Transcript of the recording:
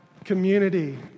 Community